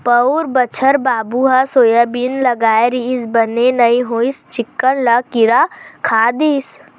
पउर बछर बाबू ह सोयाबीन लगाय रिहिस बने नइ होइस चिक्कन ल किरा खा दिस